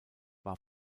war